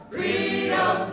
Freedom